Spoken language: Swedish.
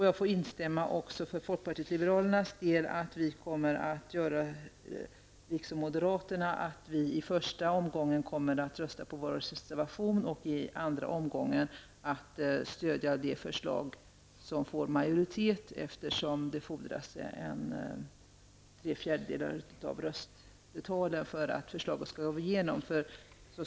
Jag vill för folkpartiet liberalernas del också säga att vi, liksom moderaterna, i den första omgången av voteringen kommer att rösta på vår reservation och i den andra omgången på utskottsmajoritetens förslag, eftersom det fordras tre fjärdedelar av rösterna för att förslaget skall gå igenom.